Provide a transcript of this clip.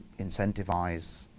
incentivize